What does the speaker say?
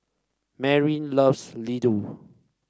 Merrill loves Ladoo